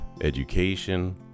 education